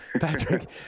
Patrick